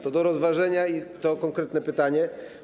To do rozważenia i to konkretne pytanie.